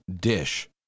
Dish